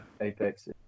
Apex